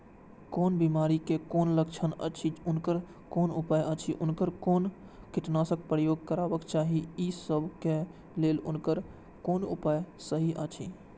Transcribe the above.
कोन बिमारी के कोन लक्षण अछि उनकर कोन उपाय अछि उनकर कोन कीटनाशक प्रयोग करबाक चाही ई सब के लेल उनकर कोन उपाय सहि अछि?